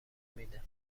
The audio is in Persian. میده